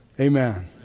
Amen